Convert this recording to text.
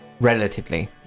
relatively